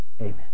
Amen